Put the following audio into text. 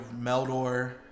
Meldor